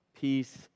peace